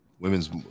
Women's